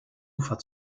ufer